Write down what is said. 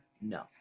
No